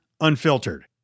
unfiltered